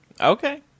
Okay